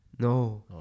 No